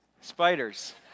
Spiders